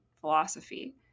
philosophy